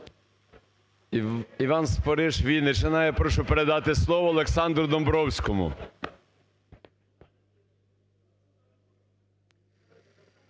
Іван Спориш, Вінниччина. Я прошу передати слово Олександру Домбровському.